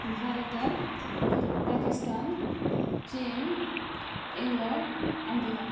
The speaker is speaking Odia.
ଭାରତ ପାକିସ୍ତାନ ଚୀନ ଇଂଲଣ୍ଡ ଆମେରିକା